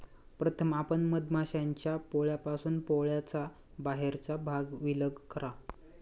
प्रथम आपण मधमाश्यांच्या पोळ्यापासून पोळ्याचा बाहेरचा भाग विलग करा